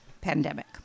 pandemic